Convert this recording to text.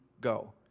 go